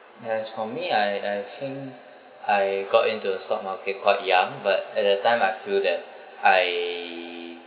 as for me I I think I got into the stock market quite young but at that time I feel that I